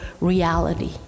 reality